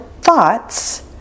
Thoughts